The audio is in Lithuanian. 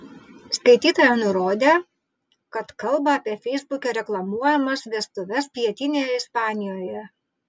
skaitytoja nurodė kad kalba apie feisbuke reklamuojamas vestuves pietinėje ispanijoje